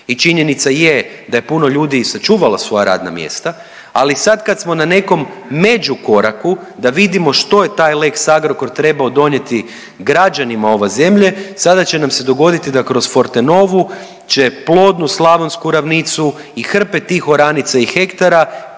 i činjenica je da je puno ljudi sačuvalo svoja radna mjesta. Ali sad kad smo na nekom međukoraku da vidimo što je taj lex Agrokor trebao donijeti građanima ove zemlje sada će nam se dogoditi da kroz Fortenovu će plodnu slavonsku ravnicu i hrpe tih oranica i hektara